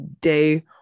day